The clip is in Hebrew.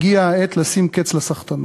הגיעה העת לשים קץ לסחטנות.